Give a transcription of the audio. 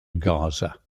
gaza